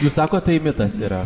jūs sakot tai mitas yra